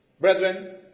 Brethren